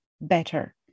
better